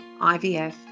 IVF